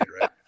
right